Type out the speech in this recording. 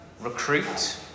recruit